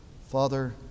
Father